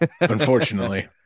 Unfortunately